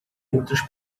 outras